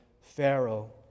Pharaoh